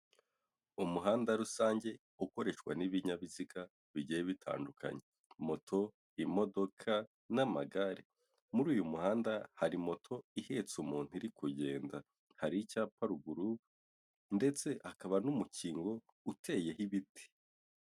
Umuhanda rusange ukoreshwa n'ibinyabiziga bigiye bitandukanye, moto, imodoka n'amagare, muri uyu muhanda hari moto ihetse umuntu iri kugenda, hari icyapa ruguru ndetse hakaba n'umukingo uteyeho ibiti.